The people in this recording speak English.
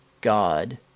God